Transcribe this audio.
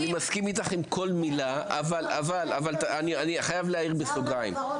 אני מסכים עם כל מילה אבל אני חייב להעיר בסוגריים.,